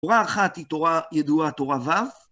תורה אחת היא תורה ידועה, תורה ו'.